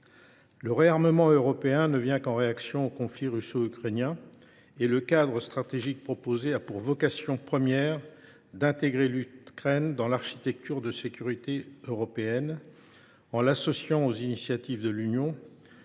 le réarmement européen ne vient qu’en réaction au conflit russo ukrainien et que le cadre stratégique proposé a pour vocation première d’intégrer l’Ukraine dans l’architecture de sécurité européenne, en l’associant aux initiatives de l’Union,